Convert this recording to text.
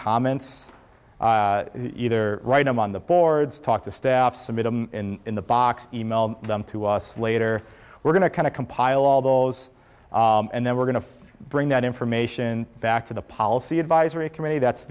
comments either right now on the boards talk to staff submitted in the box e mail them to us later we're going to kind of compile all those and then we're going to bring that information back to the policy advisory committee that's